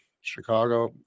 Chicago